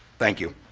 thank you.